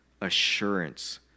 assurance